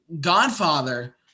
Godfather